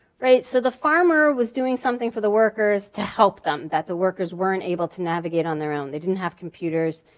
so the farmer was doing something for the workers to help them, that the workers weren't able to navigate on their own. they didn't have computers,